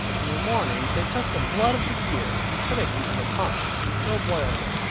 in the morning they took the blood of the deer, and put it into the paunch, and so boiled it.